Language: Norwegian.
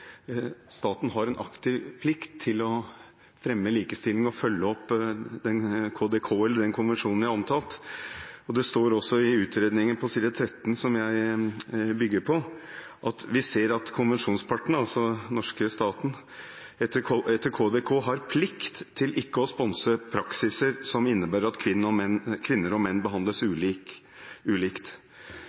staten har en aktiv plikt til å fremme likestilling og følge opp KDK, den konvensjonen jeg har omtalt. Det står også, på side 13, i utredningen som jeg bygger på: «Vi ser at konvensjonspartene» – altså den norske staten –«etter KDK har plikt til ikke å sponse praksiser som innebærer at kvinner og menn